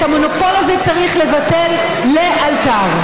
את המונופול הזה צריך לבטל לאלתר.